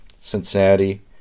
Cincinnati